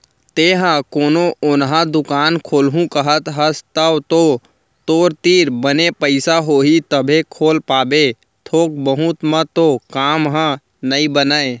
तेंहा कोनो ओन्हा दुकान खोलहूँ कहत हस तव तो तोर तीर बने पइसा होही तभे खोल पाबे थोक बहुत म तो काम ह नइ बनय